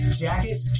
jackets